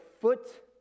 foot